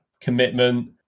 commitment